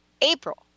April